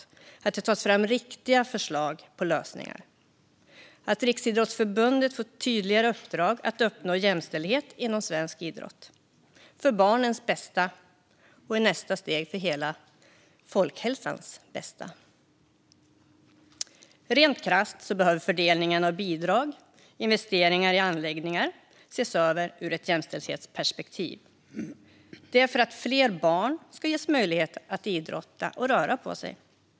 Vi vill att det ska tas fram riktiga förslag på lösningar och att Riksidrottsförbundet får ett tydligare uppdrag att uppnå jämställdhet inom svensk idrott - för barnens bästa och i nästa steg för hela folkhälsans bästa. Rent krasst behöver fördelningen av bidrag och investeringar i anläggningar ses över ur ett jämställdhetsperspektiv, detta för att fler barn ska ges möjlighet att idrotta och röra på sig.